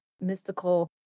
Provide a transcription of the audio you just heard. mystical